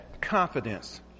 confidence